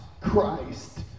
Christ